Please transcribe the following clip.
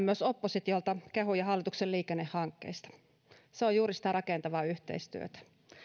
myös oppositiolta kehuja hallituksen liikennehankkeista se on juuri sitä rakentavaa yhteistyötä